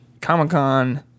Comic-Con